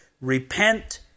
Repent